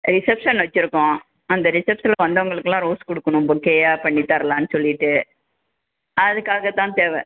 reception வச்சிருக்கோம் அந்த ரிஷப்ஷன்ல வந்தவங்களுக்குலாம் ரோஸ் கொடுக்குணும் பொக்கேயா பண்ணித் தரலான்னு சொல்லிட்டு அதுக்காக தான் தேவை